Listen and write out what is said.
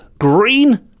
green